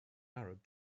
arab